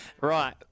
Right